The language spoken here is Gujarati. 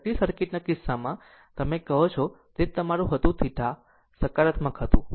ઇન્ડકટીવ સર્કિટના કિસ્સામાં તમે જે કહો છો તે જ તમારું હતું θ સકારાત્મક હતું